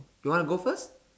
you wanna go first